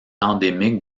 endémique